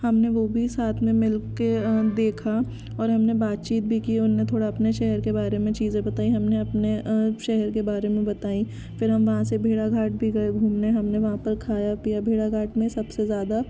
हमने वो भी साथ में मिल के और हमने बातचीत भी की उन्होंने थोड़ा अपने शहर के बारे में चीज़ें बताईं हमने अपने शहर के बारे में बताईं फिर हम वहाँ से भेड़ाघाट भी गए घूमने हमने वहाँ पर खाया पिया भेड़ाघाट में सबसे ज़्यादा